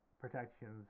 protections